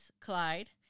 Clyde